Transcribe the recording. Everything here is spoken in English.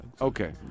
Okay